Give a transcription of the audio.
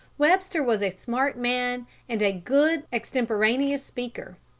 webster was a smart man and a good extemporaneous speaker.